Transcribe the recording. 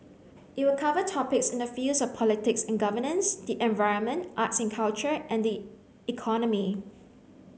it will cover topics in the fields of politics and governance the environment arts and culture and the economy